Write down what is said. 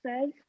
says